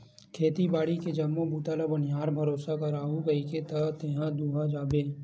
खेती बाड़ी के जम्मो बूता ल बनिहार भरोसा कराहूँ कहिके त तेहा दूहा जाबे